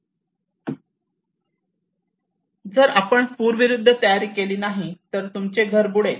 जर आपण पूरविरूद्ध तयारी केली नाही तर तुमचे घर बुडेल